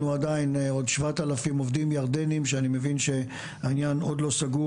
עדיין עוד 7,000 עובדים ירדניים שאני מבין שהעניין עוד לא סגור